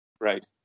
Right